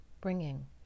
Bringing